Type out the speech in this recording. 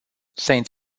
saint